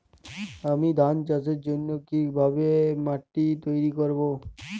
আমি ধান চাষের জন্য কি ভাবে মাটি তৈরী করব?